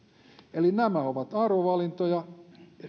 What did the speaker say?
eli nämä ovat arvovalintoja